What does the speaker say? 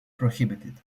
prohibited